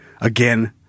again